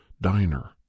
diner